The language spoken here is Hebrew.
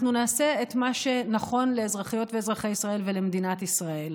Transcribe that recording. אנחנו נעשה את מה שנכון לאזרחיות ואזרחי ישראל ולמדינת ישראל.